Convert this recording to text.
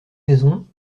maison